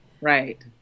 right